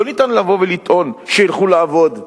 לא ניתן לבוא ולטעון: שילכו לעבוד.